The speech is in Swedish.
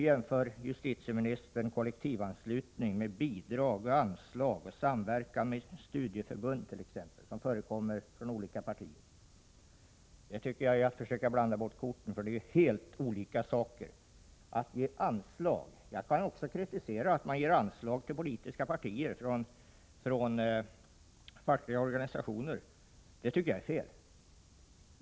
Justitieministern jämförde kollektivanslutningen med bidrag och anslag och den samverkan med studieförbund som förekommer från olika partiers sida. Det tycker jag är att försöka blanda bort korten — det är helt andra saker. Att fackliga organisationer ger anslag till politiska partier kan man kritisera — det tycker jag är fel.